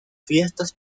fiestas